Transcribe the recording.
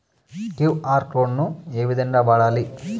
QR code ను ఏ విధంగా వాడాలి?